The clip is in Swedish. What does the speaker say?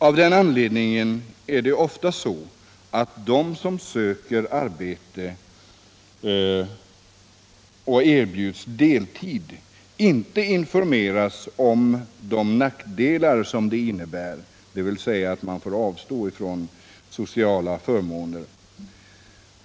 Av den anledningen är det ofta så, att de som söker arbete och erbjuds deltid inte informeras om de nackdelar som detta innebär, dvs. att man får avstå från sociala förmåner.